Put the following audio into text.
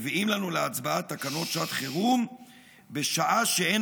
מביאים לנו להצבעה תקנות שעת חירום בשעה שאין